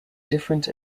different